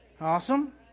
Awesome